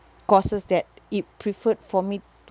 courses that it preferred for me